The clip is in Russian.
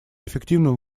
эффективным